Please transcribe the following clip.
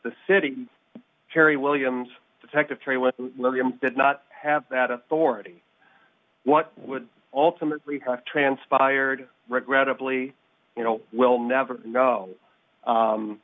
the city terry williams detective terry with liam did not have that authority what would ultimately have transpired regrettably you know we'll never know